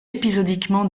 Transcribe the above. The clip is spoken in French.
épisodiquement